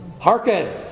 Hearken